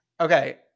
Okay